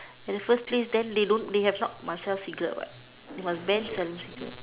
at the first place then they don't they have not must sell cigarettes what must ban selling cigarettes